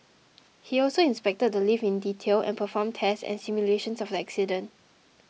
he also inspected the lift in detail and performed tests and simulations of the accident